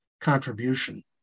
contribution